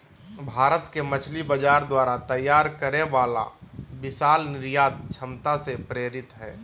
भारत के मछली बाजार द्वारा तैयार करे वाला विशाल निर्यात क्षमता से प्रेरित हइ